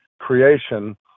creation